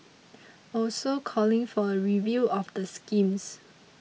also calling for a review of the schemes